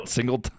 Single